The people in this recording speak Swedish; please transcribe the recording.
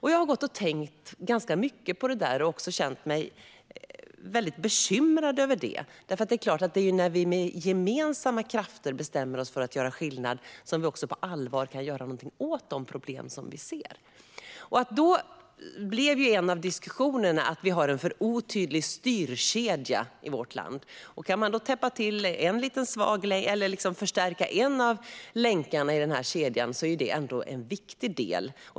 Jag har gått och tänkt mycket på detta och känt mig bekymrad, för det är när vi med gemensamma krafter bestämmer oss för att göra skillnad som vi på allvar kan göra något åt de problem vi ser. En av diskussionerna då blev att vi har en alltför otydlig styrkedja i vårt land. Om man då kan förstärka en av länkarna i denna kedja är det en viktig del.